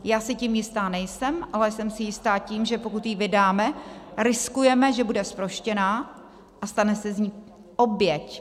Já si tím jista nejsem, ale jsem si jista tím, že pokud ji vydáme, riskujeme, že bude zproštěna a stane se z ní oběť.